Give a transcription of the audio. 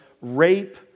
rape